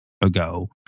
ago